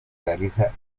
realiza